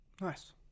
Nice